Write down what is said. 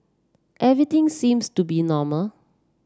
everything seems to be normal